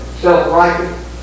self-righteous